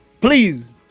Please